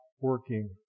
working